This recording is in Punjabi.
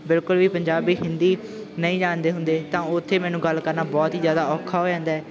ਬਿਲਕੁਲ ਵੀ ਪੰਜਾਬੀ ਹਿੰਦੀ ਨਹੀਂ ਜਾਣਦੇ ਹੁੰਦੇ ਤਾਂ ਉੱਥੇ ਮੈਨੂੰ ਗੱਲ ਕਰਨਾ ਬਹੁਤ ਹੀ ਜ਼ਿਆਦਾ ਔਖਾ ਹੋ ਜਾਂਦਾ ਹੈ